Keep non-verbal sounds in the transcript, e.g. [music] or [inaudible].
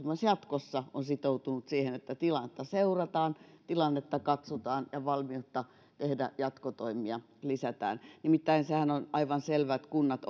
myös jatkossa on sitoutunut siihen että tilannetta seurataan tilannetta katsotaan ja valmiutta tehdä jatkotoimia lisätään nimittäin sehän on aivan selvä että kunnat [unintelligible]